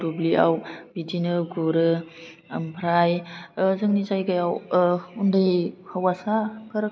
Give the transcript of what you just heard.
दुब्लियाव बिदिनो गुरो ओमफ्राइ जोंनि जायगायाव उन्दै हौवासाफोर